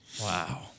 Wow